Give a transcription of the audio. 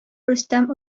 рөстәм